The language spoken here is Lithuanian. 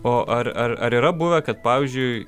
o ar ar ar yra buvę kad pavyzdžiui